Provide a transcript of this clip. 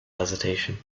hesitation